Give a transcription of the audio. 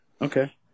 Okay